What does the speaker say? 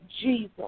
Jesus